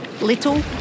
little